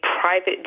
private